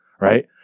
right